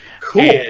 Cool